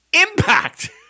impact